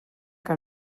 que